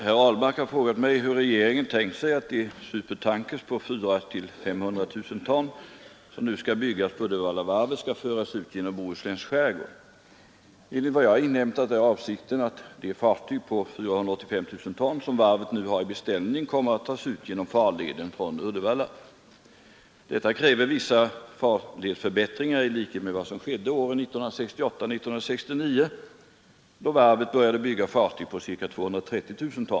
Herr talman! Herr Ahlmark har frågat mig hur regeringen tänkt sig att de supertankers på 400 000-500 000 ton, som nu skall byggas på Uddevallavarvet, skall föras ut genom Bohusläns skärgård. Enligt vad jag inhämtat är avsikten att de fartyg på 485 000 ton som varvet nu har i beställning kommer att tas ut genom farleden från Uddevalla. Detta kräver vissa farledsförbättringar i likhet med vad som skedde åren 1968-1969, då varvet började bygga fartyg på ca 230 000 ton.